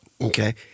okay